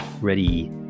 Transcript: Ready